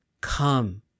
Come